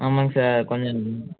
ஆமாம்ங்க சார் கொஞ்சம்